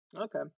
Okay